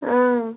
اۭں